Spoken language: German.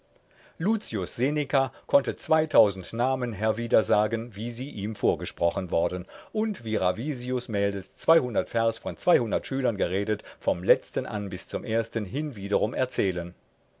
seneca konnte zweitausend namen herwieder sagen wie sie ihm vorgesprochen worden und wie ra mels zweihundert vers von zweihundert schülern geredet vom letzten an bis zum ersten hinwiederum erzählen